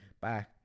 Bye